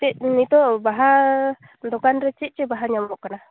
ᱪᱮᱫ ᱱᱤᱛᱚᱜ ᱵᱟᱦᱟ ᱫᱚᱠᱟᱱ ᱨᱮ ᱪᱮᱫ ᱪᱮᱫ ᱵᱟᱦᱟ ᱧᱟᱢᱚᱜ ᱠᱟᱱᱟ